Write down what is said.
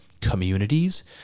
communities